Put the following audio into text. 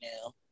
now